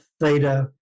theta